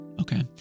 Okay